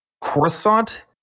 croissant